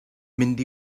mynd